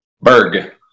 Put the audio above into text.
Berg